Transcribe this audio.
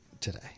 today